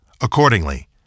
Accordingly